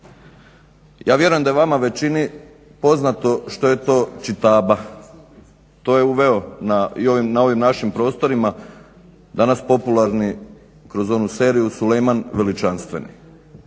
Ja vjerujem da je vama većini poznato što je to čitaba. To je uveo i na ovim našim prostorima danas popularni kroz onu seriju Sulejman Veličanstveni.